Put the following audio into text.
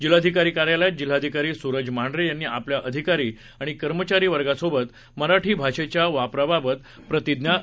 जिल्हाधिकारी कार्यालयात जिल्हाधिकारी सूरज मांढरे यांनी आपल्या अधिकारी आणि कर्मचारी वर्गासोबत मराठी भाषेच्या वापराबाबत प्रतिज्ञा घेतली